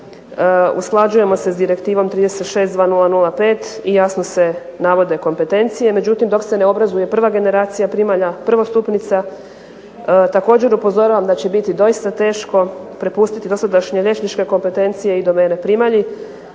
usklađujemo se sa Direktivom 36/2005 i jasno se navode kompetencije. Međutim, dok se ne obrazuje prva generacija primalja prvostupnica također upozoravam da će biti doista teško prepustiti dosadašnje liječničke kompetencije i domene primalji,